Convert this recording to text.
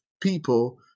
people